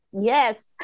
Yes